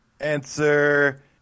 Answer